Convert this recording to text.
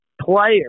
player